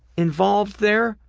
involved there.